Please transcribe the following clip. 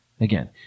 Again